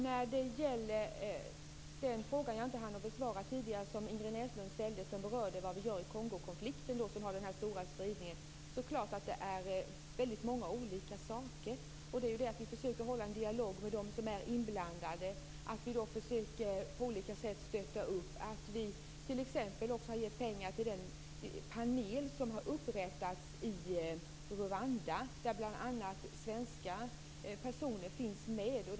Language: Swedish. Den av Ingrid Näslunds frågor som jag inte hann besvara tidigare gällde vad vi gör i Kongokonflikten, som har en stor spridning. Det är klart att det är väldigt många olika saker. Vi försöker hålla en dialog med dem som är inblandade. Vi försöker på olika sätt stötta. Vi har t.ex. också givit pengar till den panel som har upprättats i Rwanda, där bl.a. svenskar finns med.